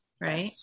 right